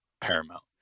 paramount